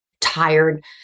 tired